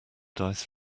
dice